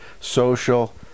Social